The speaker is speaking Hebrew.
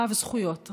רב-זכויות,